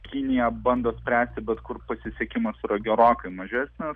kinija bando spręsti bet kur pasisekimas yra gerokai mažesnis